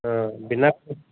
ହଁ ବିନା